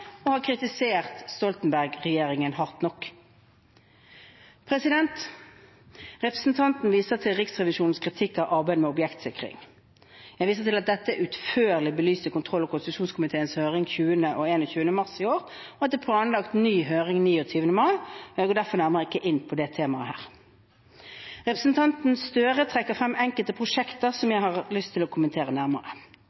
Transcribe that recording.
kritisert Stoltenberg-regjeringen hardt nok. Representanten viser til Riksrevisjonens kritikk av arbeidet med objektsikring. Jeg viser til at dette er utførlig belyst i kontroll- og konstitusjonskomiteens høring 20. og 21. mars i år, og det er planlagt ny høring 29. mai. Jeg går derfor ikke nærmere inn på det temaet her. Representanten Gahr Støre trekker frem enkelte prosjekter som